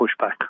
pushback